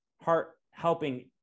heart-helping